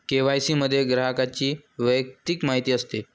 KYC मध्ये ग्राहकाची वैयक्तिक माहिती असते